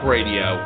Radio